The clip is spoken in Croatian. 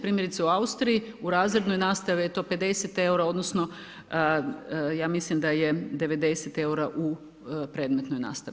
Primjerice u Austriji, u razrednoj nastavi je to 50 eura, odnosno, ja mislim da je 90 eura u predmetnoj nastavi.